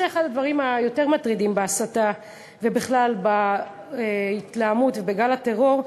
זה אחד הדברים היותר-מטרידים בהסתה ובכלל בהתלהמות ובגל הטרור,